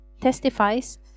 testifies